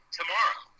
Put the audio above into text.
tomorrow